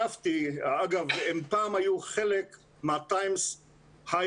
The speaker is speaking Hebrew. אגב, הם פעם היו חלק מה- Times Higher